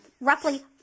roughly